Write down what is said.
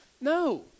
No